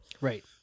right